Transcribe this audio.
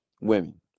women